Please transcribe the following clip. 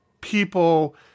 people